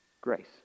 Grace